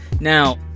Now